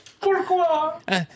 Pourquoi